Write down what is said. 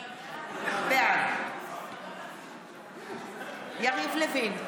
בעד יריב לוין,